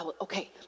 okay